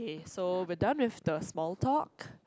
so we're done with the small talk